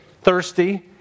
thirsty